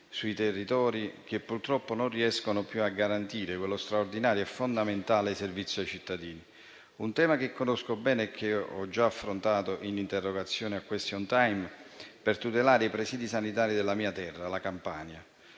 sui territori, che purtroppo non riescono più a garantire quello straordinario e fondamentale servizio ai cittadini. È un tema che conosco bene e che ho già affrontato, presentando interrogazioni e durante il *question time*, per tutelare i presidi sanitari della mia terra, la Campania,